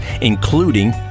including